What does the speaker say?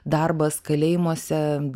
darbas kalėjimuose